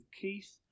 Keith